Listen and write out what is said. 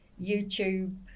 YouTube